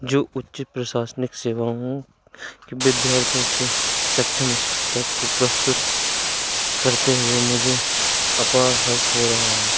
जो उच्च प्रशासनिक सेवाओं के विद्यार्थियों के सक्षम इस पुस्तक को प्रस्तुत करते हुए मुझे अपार हर्ष हो रहा है